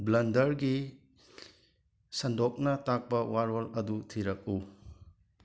ꯕ꯭ꯂꯟꯗꯔꯒꯤ ꯁꯟꯗꯣꯛꯅ ꯇꯥꯛꯄ ꯋꯥꯔꯣꯜ ꯑꯗꯨ ꯊꯤꯔꯛꯎ